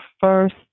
first